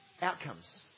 Outcomes